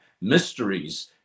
mysteries